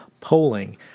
polling